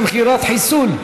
אני מבין שזה מכירת חיסול.